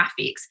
graphics